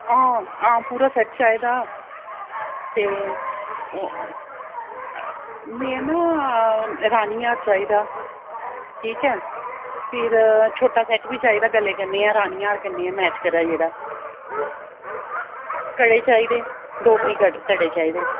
आं आं पूरा सैट चाहिदा ते ओह् में ना रानी हार चाहिदा ठीक ऐ ते फिर छोटा सैट बी चाहिदा हार कन्नै ते मैच करै जेह्ड़ा कड़े चाहिदे डोगरी कड़े चाहिदे